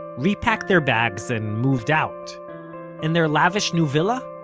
repacked their bags and moved out and their lavish new villa?